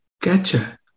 Gotcha